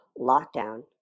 lockdown